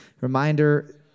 Reminder